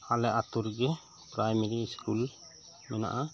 ᱟᱞᱮ ᱟᱛᱩ ᱨᱮᱜᱤ ᱯᱨᱟᱭᱢᱟᱨᱤ ᱤᱥᱠᱩ ᱢᱮᱱᱟᱜᱼᱟ